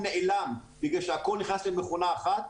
נעלם כי הכול נכנס למכונה אחת,